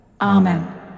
Amen